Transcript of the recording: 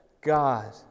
God